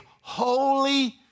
holy